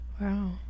Wow